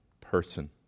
person